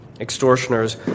extortioners